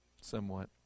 Somewhat